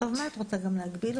עכשיו מה את רוצה, גם להגביל אותי?